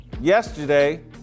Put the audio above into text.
Yesterday